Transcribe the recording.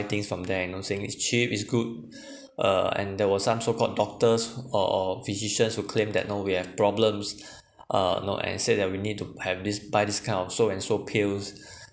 things from there you know saying is is cheap is good uh and there were some so called doctors or or physicians who claimed that know we have problems uh know and said that we need to have this buy this kind of so and so pills